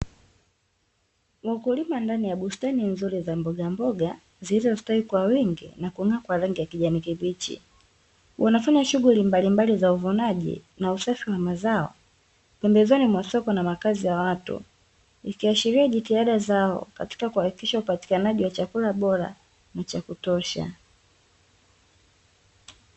Wakulima ndani ya bustani nzuri za mbogamboga, zilizostawi kwa wingi na kung'aa kwa rangi ya kijani kibichi, Wanafanya shughuli mbalimbali za uvunaji na usafi wa mazao pembezoni mwa soko na makazi ya watu, ikiashiria jitihada zao katika kuhakikisha upatikanaji wa chakula bora na cha kutosha.